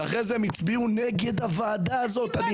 אחרי זה הן הצביעו נגד הוועדה הזו.